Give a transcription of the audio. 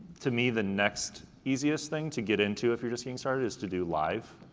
to me the next easiest thing to get into if you're just getting started is to do live,